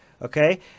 Okay